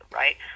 right